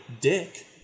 Dick